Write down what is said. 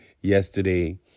yesterday